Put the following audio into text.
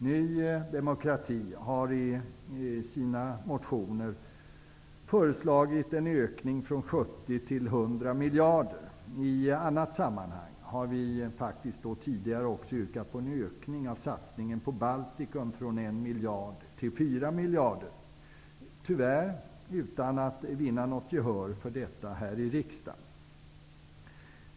Vi i Ny demokrati föreslår i våra motioner en ökning från 70 till 100 miljarder. I annat sammanhang har vi faktiskt tidigare också yrkat på en ökning av satsningen på Baltikum från 1 till 4 miljarder -- tyvärr utan att vinna gehör för framlagda förslag här i riksdagen.